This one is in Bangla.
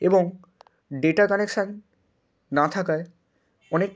এবং ডেটা কানেকশন না থাকায় অনেক